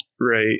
Right